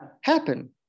happen